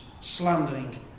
Slandering